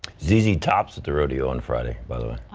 the the tops of the rodeo on friday but